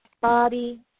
body